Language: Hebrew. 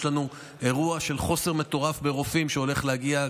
יש לנו אירוע של חוסר מטורף של רופאים שהולך להגיע,